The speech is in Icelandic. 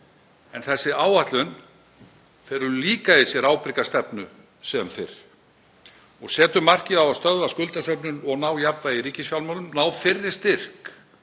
en þessi áætlun felur líka í sér ábyrga stefnu sem fyrr. Setjum markið á að stöðva skuldasöfnun og ná jafnvægi í ríkisfjármálin, ná fyrri styrk